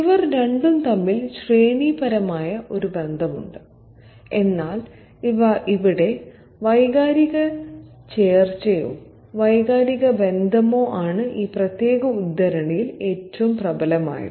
ഇവർ രണ്ടും തമ്മിൽ ശ്രേണിപരമായ ബന്ധവുമുണ്ട് എന്നാൽ ഇവിടെ വൈകാരിക ചേർച്ചയോ വൈകാരിക ബന്ധമോ ആണ് ഈ പ്രത്യേക ഉദ്ധരണിയിൽ ഏറ്റവും പ്രബലമായത്